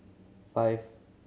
five